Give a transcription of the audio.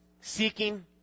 Seeking